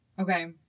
Okay